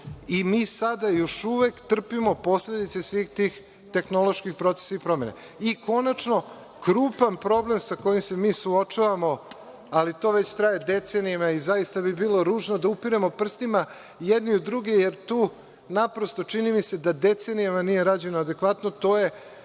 i mi sada još uvek trpimo posledice svih tih tehnoloških procesa i promene. Konačno, krupan problem sa kojim se mi suočavamo, ali to već traje decenijama i zaista bi bilo ružno da upiremo prstima jedni na druge, jer naprosto, čini mi se da tu decenijama nije rađeno adekvatno, to je